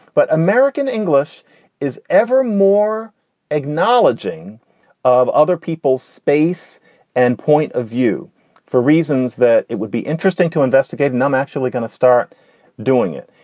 but american english is ever more acknowledging of other people's space and point of view for reasons that it would be interesting to investigate. now i'm actually going to start doing it.